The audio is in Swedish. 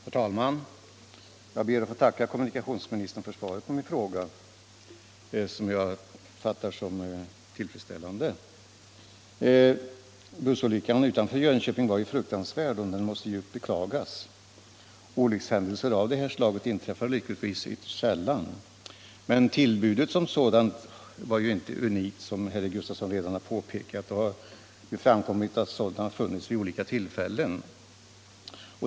Herr talman! Jag ber att få tacka kommunikationsministern för svaret på min fråga, som jag fattade som tillfredsställande. Bussolyckan utanför Jönköping var fruktansvärd, och den måste djupt beklagas. Olyckshändelser av det här slaget inträffar lyckligtvis ytterst sällan. Men tillbudet som sådant var inte unikt, som herr Gustafson redan har påpekat. Det har ju framkommit att sådana funnits vid olika tillfällen.